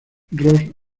ross